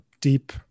deep